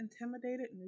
intimidated